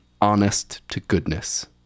honest-to-goodness